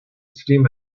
steam